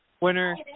winner